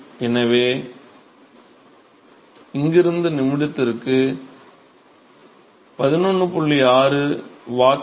எனவே இங்கிருந்து நிமிடத்திற்கு 11